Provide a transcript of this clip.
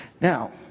Now